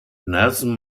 nelson